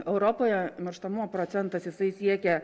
europoje mirštamumo procentas jisai siekia